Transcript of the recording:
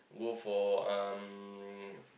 go for um